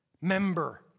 member